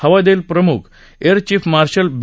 हवाई दल प्रम्ख एअर चिएफ मार्शल बी